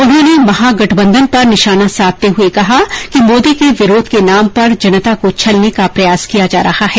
उन्होंने महागठबंधन पर निशाना साधते हुए कहा कि मोदी के विरोध के नाम पर जनता को छलने का प्रयास किया जा रहा है